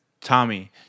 Tommy